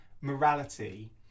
morality